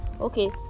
Okay